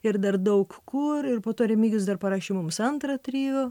ir dar daug kur ir po to remigijus dar parašė mums antrą trio